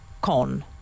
Con